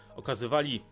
okazywali